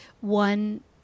one